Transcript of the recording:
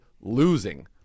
losing